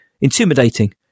intimidating